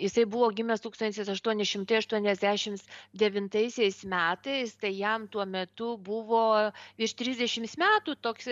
jisai buvo gimęs tūkstantis aštuoni šimtai aštuoniasdešimts devintaisiais metais tai jam tuo metu buvo virš trisdešimts metų toks